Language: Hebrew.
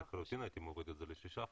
אני לחלוטין הייתי מוריד את זה לשישה חודשים.